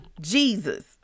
Jesus